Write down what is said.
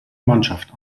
mannschaft